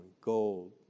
Gold